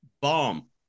bomb